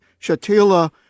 Shatila